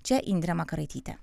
čia indrė makaraitytė